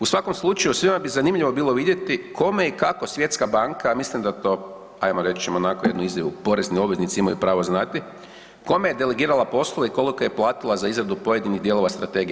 U svakom slučaju svima bi zanimljivo bilo vidjeti kome i kako Svjetska banka, a mislim da to ajmo reći ćemo onako jednu izjavu, porezni obveznici imaju pravo znati, kome je delegirala poslove i koliko je platila za izradu pojedinih dijelova strategije.